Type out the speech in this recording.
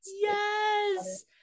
yes